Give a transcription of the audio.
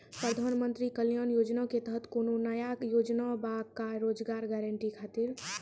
प्रधानमंत्री कल्याण योजना के तहत कोनो नया योजना बा का रोजगार गारंटी खातिर?